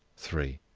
three.